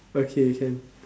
okay can